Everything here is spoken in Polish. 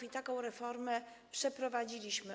I taką reformę przeprowadziliśmy.